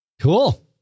Cool